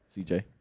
CJ